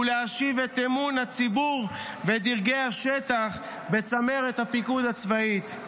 ולהשיב את אמון הציבור ודרגי השטח בצמרת הפיקוד הצבאית.